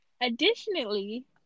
Additionally